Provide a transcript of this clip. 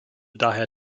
daher